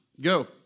Go